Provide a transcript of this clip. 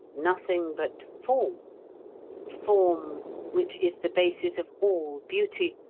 nothing but form form which is the basis of all beauty,